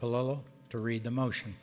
polow to read the motion